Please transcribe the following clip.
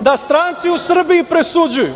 da stranci u Srbiji presuđuju,